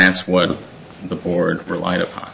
that's what the board relied upon